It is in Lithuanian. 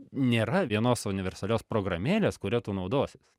nėra vienos universalios programėlės kuria tu naudosies